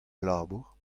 labour